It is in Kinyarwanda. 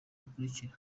bakurikira